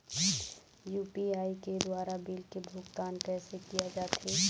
UPI के द्वारा bill के भुगतान कैसे किया जाथे?